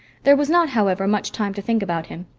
there was not, however, much time to think about him.